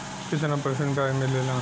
कितना परसेंट ब्याज मिलेला?